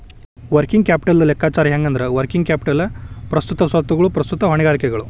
working ಕ್ಯಾಪಿಟಲ್ದ್ ಲೆಕ್ಕಾಚಾರ ಹೆಂಗಂದ್ರ, ವರ್ಕಿಂಗ್ ಕ್ಯಾಪಿಟಲ್ ಪ್ರಸ್ತುತ ಸ್ವತ್ತುಗಳು ಪ್ರಸ್ತುತ ಹೊಣೆಗಾರಿಕೆಗಳು